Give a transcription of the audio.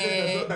אני מברך עליה.